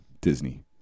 Disney